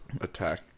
attack